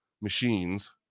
machines